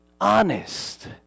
honest